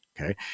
okay